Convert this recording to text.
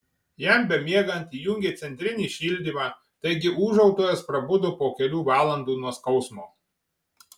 jam bemiegant įjungė centrinį šildymą taigi ūžautojas prabudo po kelių valandų nuo skausmo